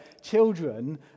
children